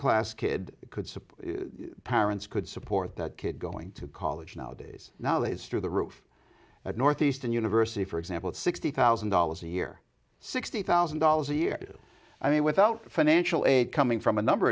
support parents could support that kid going to college nowadays now that it's through the roof at northeastern university for example at sixty thousand dollars a year sixty thousand dollars a year i mean without financial aid coming from a number